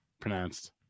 pronounced